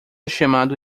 chamado